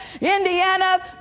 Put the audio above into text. Indiana